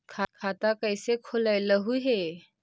खाता कैसे खोलैलहू हे?